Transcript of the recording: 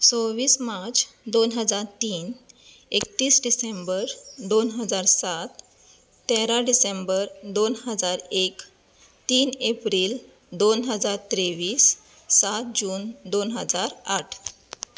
सव्वीस मार्च दोन हजार तीन एकतीस डिसेंबर दोन हजार सात तेरा डिसेंबर दोन हजार एक तीन एप्रिल दोन हजार तेव्वीस सात जून दोन हजार आठ